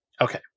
Okay